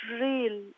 real